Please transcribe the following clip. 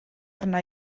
arna